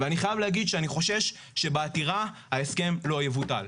אני חייב להגיד שאני חושש שבעתירה ההסכם לא יבוטל.